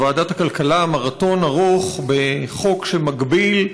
אנחנו ניהלנו בוועדת הכלכלה מרתון ארוך בחוק שמגביל,